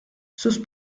sus